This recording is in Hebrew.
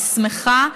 ואני שמחה,